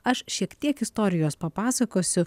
aš šiek tiek istorijos papasakosiu